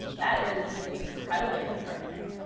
that is incredibly disheartening.